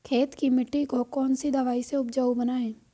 खेत की मिटी को कौन सी दवाई से उपजाऊ बनायें?